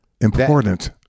Important